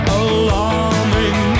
alarming